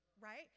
right